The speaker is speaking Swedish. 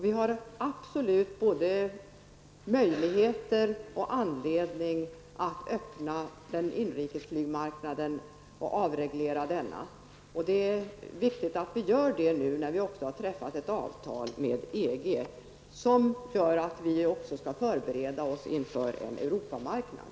Vi har därför både möjligheter och anledning att öppna inrikesflygmarknaden och avreglera denna. Det är viktigt att vi gör det nu när vi också har träffat ett avtal med EG. Det innebär att vi också skall förbereda oss inför en Europamarknad.